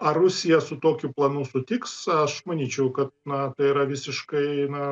ar rusija su tokiu planu sutiks aš manyčiau kad na tai yra visiškai na